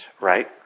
right